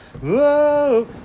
Whoa